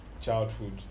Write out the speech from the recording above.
childhood